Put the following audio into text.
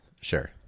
Sure